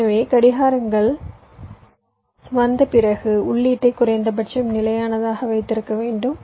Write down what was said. எனவே கடிகாரங்கள் வந்த பிறகு உள்ளீட்டை குறைந்தபட்சம் நிலையானதாக வைத்திருக்க வேண்டும்